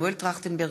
מנואל טרכטנברג,